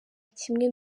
kimwe